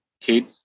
kid